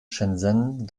shenzhen